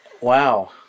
Wow